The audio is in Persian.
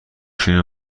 فیلم